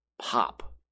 pop